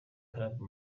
club